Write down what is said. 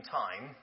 time